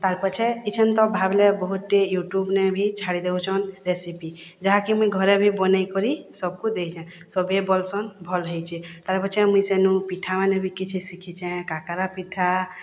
ତାର୍ପଛେ ଇଛନ୍ ତ ଭାବ୍ଲେ ବହୁତ୍ଟେ ୟୁଟ୍ୟୁବ୍ନେ ଭି ଛାଡ଼ିଦେଉଛନ୍ ରେସିପି ଯାହାକି ମୁଇଁ ଘରେ ବି ବନେଇକରି ସବ୍କୁ ଦେଇଚେଁ ସଭେ ବଲ୍ସନ୍ ଭଲ୍ ହେଇଚେ ତାର୍ପଛେ ମୁଇଁ ସେନୁ ପିଠାମାନେ ବି କିଛି ଶିଖିଚେଁ କକେରା ପିଠା